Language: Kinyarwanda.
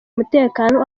umutekano